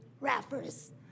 rappers